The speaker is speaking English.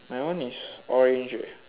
my one is orange eh